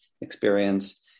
experience